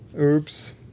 oops